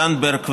זנדברג ורז,